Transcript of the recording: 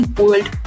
world